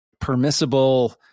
permissible